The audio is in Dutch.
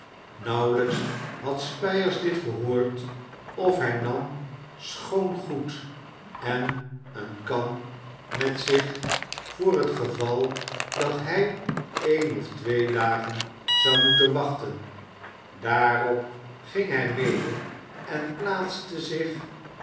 nauwelijks had spyers dit gehoord of hij nam schoon goed en een kam met zich voor het geval dat hij een of tw r ee dagen zou moeten wachten daarop ging hij mede en plaatste zich